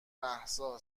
مهسا